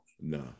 No